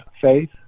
faith